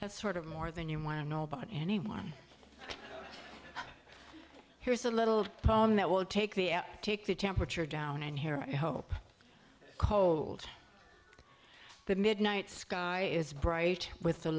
that's sort of more than you want to know about anyone here's a little poem that will take the app take the temperature down in here i hope the midnight sky is bright with the